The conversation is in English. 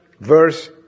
verse